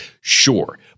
Sure